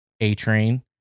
A-Train